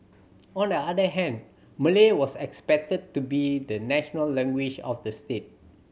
on the other hand Malay was accepted to be the national language of the state